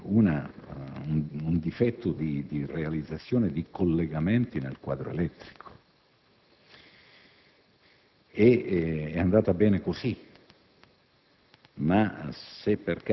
di un difetto di realizzazione dei collegamenti nel quadro elettrico. È andata bene così,